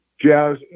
jazz